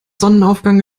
sonnenaufgang